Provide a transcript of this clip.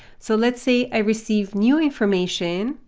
so let's say i receive new information.